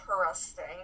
interesting